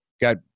got